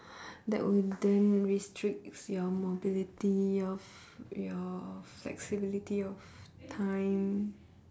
that wouldn't restricts your mobility of your flexibility of time